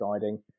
guiding